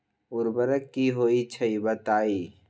उर्वरक की होई छई बताई?